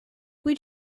would